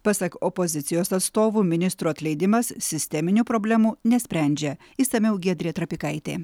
pasak opozicijos atstovų ministro atleidimas sisteminių problemų nesprendžia išsamiau giedrė trapikaitė